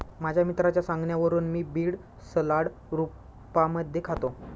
माझ्या मित्राच्या सांगण्यावरून मी बीड सलाड रूपामध्ये खातो